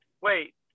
Wait